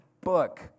book